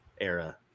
era